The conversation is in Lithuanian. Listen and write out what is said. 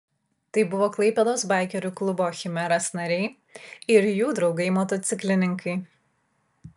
tai buvo klaipėdos baikerių klubo chimeras nariai ir jų draugai motociklininkai